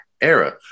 era